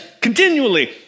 continually